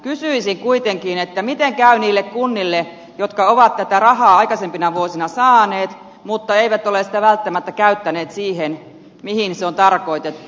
kysyisin kuitenkin miten käy niille kunnille jotka ovat tätä rahaa aikaisempina vuosina saaneet mutta eivät ole sitä välttämättä käyttäneet siihen mihin se on tarkoitettu